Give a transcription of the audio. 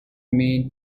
mean